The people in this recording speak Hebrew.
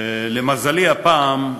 למזלי, הפעם,